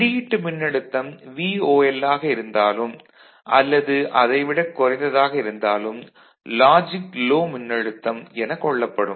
வெளியீட்டு மின்னழுத்தம் VOL ஆக இருந்தாலும் அல்லது அதை விட குறைந்ததாக இருந்தாலும் லாஜிக் லோ மின்னழுத்தம் எனக் கொள்ளப்படும்